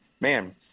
man